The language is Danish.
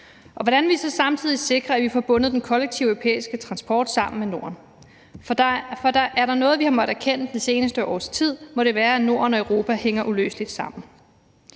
og hvordan vi så samtidig sikrer, at vi får bundet den kollektive europæiske transport sammen med Norden. For er der noget, vi har måttet erkende det seneste års tid, må det være, at Norden og Europa hænger uløseligt sammen.